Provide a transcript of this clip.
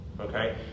okay